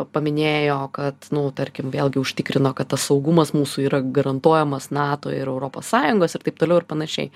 paminėjo kad nu tarkim vėlgi užtikrino kad tas saugumas mūsų yra garantuojamas nato ir europos sąjungos ir taip toliau ir panašiai